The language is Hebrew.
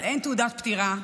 אבל אין תעודת פטירה,